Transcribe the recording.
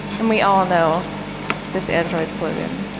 and we all know this android slogan.